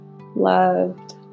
loved